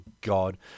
God